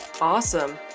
Awesome